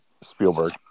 Spielberg